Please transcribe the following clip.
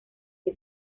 que